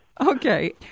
Okay